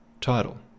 title